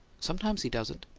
sometimes he doesn't.